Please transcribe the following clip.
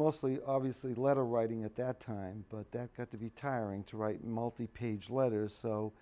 mostly obviously letter writing at that time but that got to be tiring to write multi page letters so